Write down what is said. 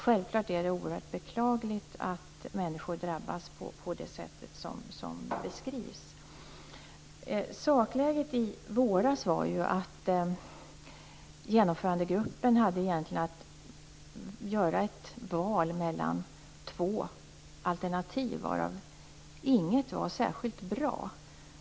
Självklart är det oerhört beklagligt att människor drabbas på det sätt som beskrivs. Sakläget i våras var att Genomförandegruppen egentligen hade att göra ett val mellan två alternativ, varav inget var särskilt bra.